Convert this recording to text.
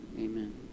Amen